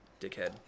dickhead